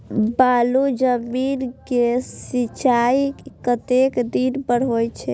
बालू जमीन क सीचाई कतेक दिन पर हो छे?